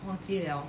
忘记了